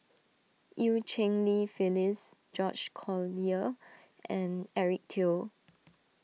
Eu Cheng Li Phyllis George Collyer and Eric Teo